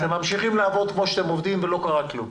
אז אתם ממשיכים לעבוד כפי שאתם עובדים כעת ולא יקרה כלום,